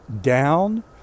down